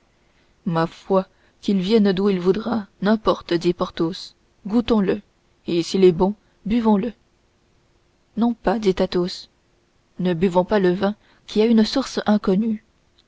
ma foi qu'il vienne d'où il voudra n'importe dit porthos goûtons le et s'il est bon buvons le non pas dit athos ne buvons pas le vin qui a une source inconnue